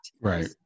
Right